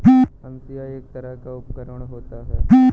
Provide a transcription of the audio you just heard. हंसिआ एक तरह का उपकरण होता है